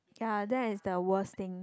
ya that's the worst thing